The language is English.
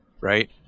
right